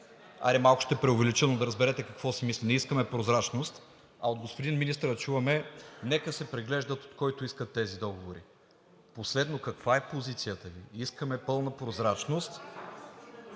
хайде, малко ще преувелича, но да разберете какво си мисля – прозрачност. А от господин министъра чуваме: нека се преглеждат от когото искат тези договори. Последно, каква е позицията Ви – искаме пълна прозрачност…